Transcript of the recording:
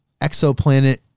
exoplanet